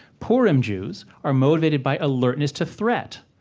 purim jews are motivated by alertness to threat.